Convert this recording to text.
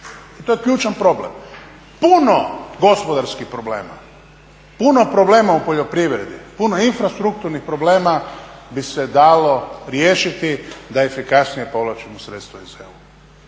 I to je ključan problem. Puno gospodarskih problema, puno problema u poljoprivredi, puno infrastrukturnih problema bi se dalo riješiti da efikasnije povlačimo sredstva iz EU.